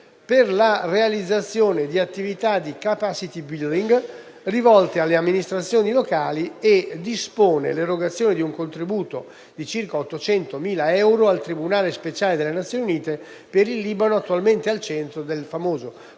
per la realizzazione di attività di *capacity* *building* rivolte alle amministrazioni locali e dispone l'erogazione di un contributo di circa 800.000 euro al tribunale speciale delle Nazioni Unite per il Libano, attualmente al centro di un